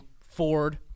Ford